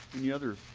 any others?